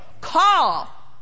call